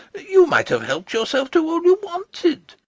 you might have helped yourself to all you wanted.